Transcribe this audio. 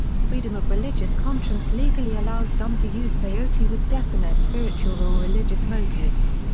freedom of religious conscience legally allows some to use peyote with definite spiritual or religious motives.